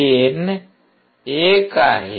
gain 1 आहे